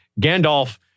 Gandalf